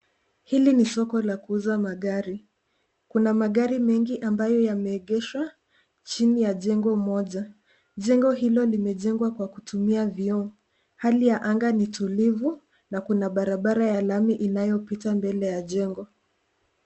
Hili ni soko la kuuza magari, kuna magari mengi ambayo yameegeshwa chini ya jengo moja. Jengo hilo limejengwa kwa kutumia vioo. Hali ya anga ni tulivu na kuna barabara ya lami inayopita mbele ya jengo.